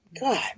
god